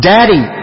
Daddy